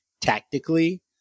tactically